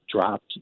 dropped